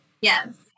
Yes